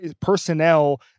personnel